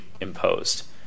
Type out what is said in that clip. imposed